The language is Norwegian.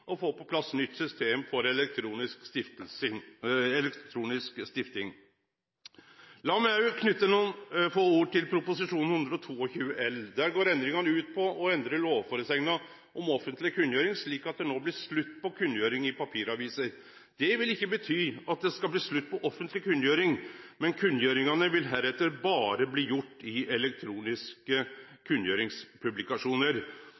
få på plass nytt system for elektronisk stifting. La meg også knytte nokre få ord til Prop. 122 L. Der går endringane ut på å endre lovføresegna om offentleg kunngjering, slik at det nå blir slutt på kunngjering i papiraviser. Det vil ikkje bety at det skal bli slutt på offentleg kunngjering, men kunngjeringane vil heretter berre bli gjort i